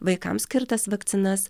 vaikams skirtas vakcinas